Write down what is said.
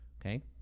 okay